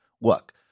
look